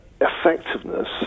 effectiveness